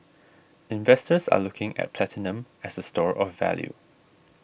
investors are looking at platinum as a store of value